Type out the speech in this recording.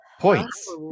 points